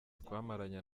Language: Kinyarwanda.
twamaranye